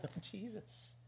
Jesus